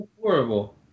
horrible